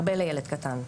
הרבה לילד קטן.